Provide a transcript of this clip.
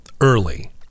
early